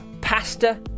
pasta